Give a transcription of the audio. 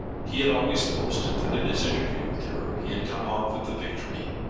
he had always boasted that in his interview with her he had come off with the victory,